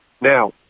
Now